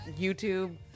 YouTube